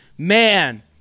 Man